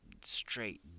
straight